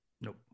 Nope